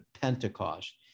pentecost